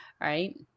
right